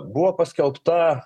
buvo paskelbta